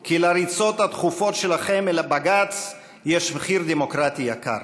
כי לריצות התכופות שלכם אל בג"ץ יש מחיר דמוקרטי יקר.